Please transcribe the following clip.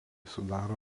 sudaro